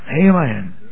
Amen